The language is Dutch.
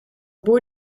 boer